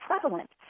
prevalent